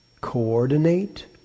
coordinate